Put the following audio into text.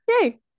Yay